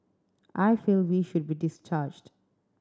I feel we should be discharged